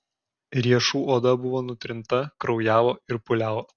riešų oda buvo nutrinta kraujavo ir pūliavo